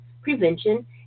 prevention